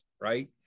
Right